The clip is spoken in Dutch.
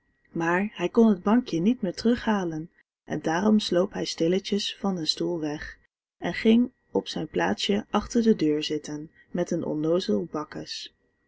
maar hij kon het bankje niet meer terug halen en daarom sloop hij stilletjes van den stoel weg en ging weer op zijn plaatsje achter de deur zitten met een onnoozel bakkes